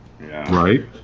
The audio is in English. right